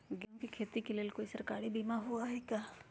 गेंहू के खेती के लेल कोइ सरकारी बीमा होईअ का?